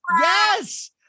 Yes